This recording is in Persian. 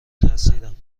ترسیدم